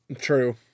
True